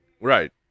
Right